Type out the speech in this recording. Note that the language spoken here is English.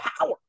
power